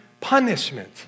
punishment